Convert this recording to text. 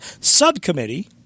subcommittee